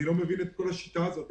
ופה אני לא מבין את השיטה הזאת.